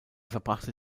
verbrachte